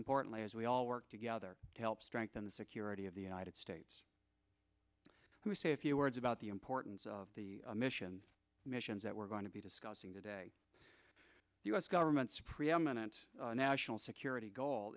importantly as we all work together to help strengthen the security of the united states who say a few words about the importance of the mission missions that we're going to be discussing today the u s government's preeminent national security goal